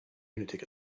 lunatic